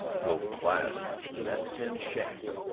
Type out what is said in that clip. no class to that tin shack.